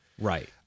right